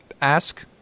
ask